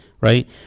right